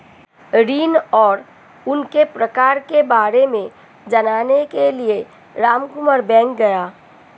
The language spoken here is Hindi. ऋण और उनके प्रकार के बारे में जानने के लिए रामकुमार बैंक गया